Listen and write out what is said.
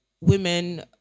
women